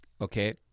Okay